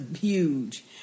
huge